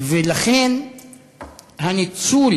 ולכן הניצול